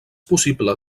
possible